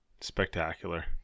spectacular